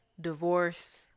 divorce